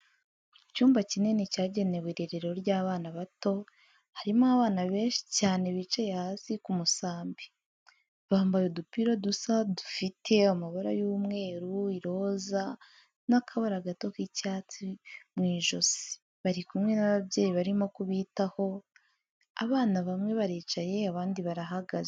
Mu cyumba kinini cyagenewe irerero ry'abana bato, harimo abana benshi cyane bicaye hasi ku musambi, bambaye udupira dusa dufite amabara y'umweru, iroza, n'akabara gato k'icyatsi mu ijosi, bari kumwe n'ababyeyi barimo kubitaho, abana bamwe baricaye abandi barahagaze.